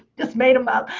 just made them up.